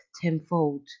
tenfold